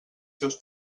seus